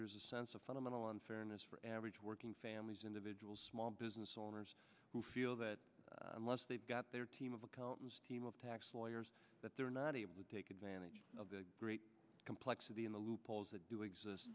there's a sense of fundamental unfairness for average working families individual small business owners who feel that unless they've got their team of accountants team of tax lawyers that they're not able to take advantage of the great complexity in the loopholes that do exist